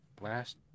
last